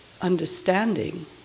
understanding